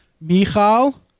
Michal